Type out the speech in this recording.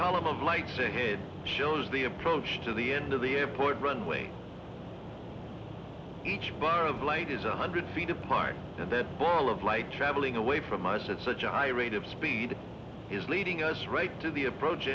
column of lights in here shows the approach to the end of the airport runway each bar of light is one hundred feet apart and the ball of light traveling away from us is such a high rate of speed is leading us right to the approach